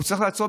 הוא צריך לעצור,